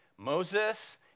Moses